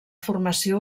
formació